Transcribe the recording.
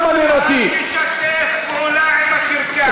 לא מעניין אותי, אל תשתף פעולה עם הקרקס.